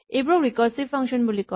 এইবোৰক recursive function বুলি কয়